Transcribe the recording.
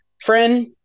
Friend